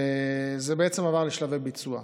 וזה בעצם עבר לשלבי ביצוע.